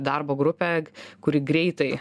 darbo grupę kuri greitai